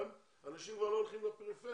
צומצם אנשים כבר לא הולכים לפריפריה,